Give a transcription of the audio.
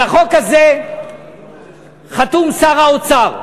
על החוק הזה חתום שר האוצר,